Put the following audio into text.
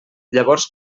llavors